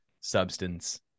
substance